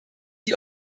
die